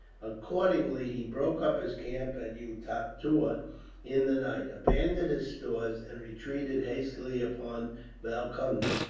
accordingly, he broke up his camp at utatua in the night, abandoned his stores, and retreated hastily upon valconda.